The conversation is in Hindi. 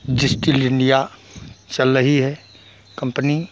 डिजिटल इण्डिया चल रही है कम्पनी